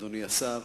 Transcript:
אדוני השר,